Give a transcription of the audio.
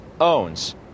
owns